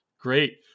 great